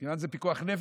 כי אם זה פיקוח נפש,